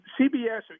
CBS